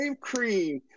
cream